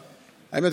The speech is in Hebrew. האמת,